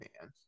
man